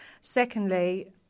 Secondly